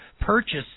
purchase